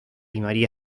maría